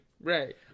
Right